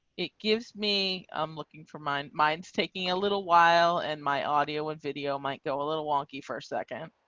it gives me, i'm looking for my mind taking a little while and my audio and video might go a little wonky for a second.